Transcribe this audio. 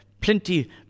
Plenty